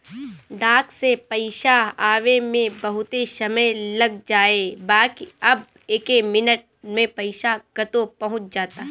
डाक से पईसा आवे में बहुते समय लाग जाए बाकि अब एके मिनट में पईसा कतो पहुंच जाता